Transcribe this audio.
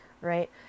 right